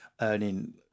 earning